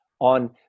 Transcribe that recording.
on